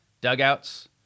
dugouts